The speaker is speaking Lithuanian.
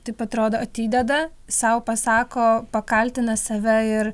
taip atrodo atideda sau pasako pakaltina save ir